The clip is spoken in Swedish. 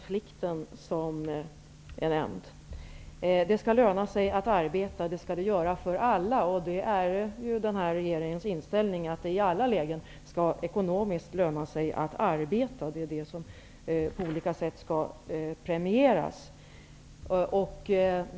Fru talman! Det skall löna sig att arbeta, och det skall det göra för alla. Det är den här regeringens inställning att det i alla lägen ekonomiskt skall löna sig att arbeta. Det är detta som på olika sätt skall premieras.